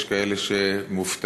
אבל יש כאלה שמופתעים.